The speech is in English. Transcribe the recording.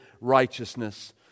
righteousness